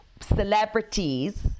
Celebrities